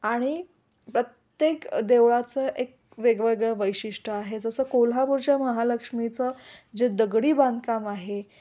आणि प्रत्येक देवळचं एक वेगवेगळं वैशिष्ट्य आहे जसं कोल्हापूरच्या महालक्ष्मीचं जे दगडी बांधकाम आहे